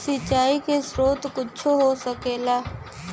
सिंचाइ के स्रोत कुच्छो हो सकेला